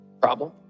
problem